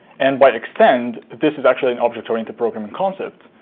and by extend, this is actually an object-oriented programming concept.